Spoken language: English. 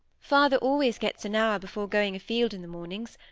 father always gets an hour before going a-field in the mornings,